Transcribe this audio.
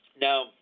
Now